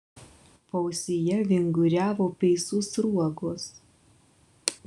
paausyje vinguriavo peisų sruogos